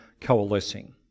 coalescing